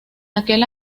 aquel